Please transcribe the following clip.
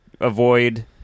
avoid